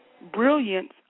brilliance